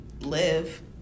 live